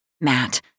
Matt